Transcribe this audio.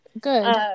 good